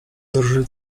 drży